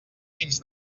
fins